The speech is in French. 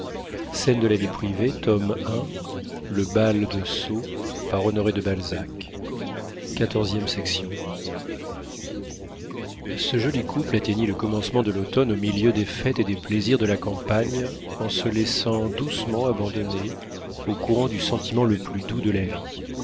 bout de leurs doigts frémir et trembler lorsque les lois de la contredanse les mariaient ce joli couple atteignit le commencement de l'automne au milieu des fêtes et des plaisirs de la campagne en se laissant doucement abandonner au courant du sentiment le plus doux de la vie